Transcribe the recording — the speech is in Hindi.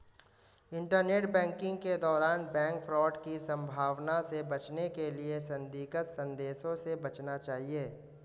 इंटरनेट बैंकिंग के दौरान बैंक फ्रॉड की संभावना से बचने के लिए संदिग्ध संदेशों से बचना चाहिए